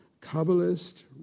kabbalist